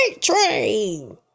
train